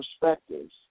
perspectives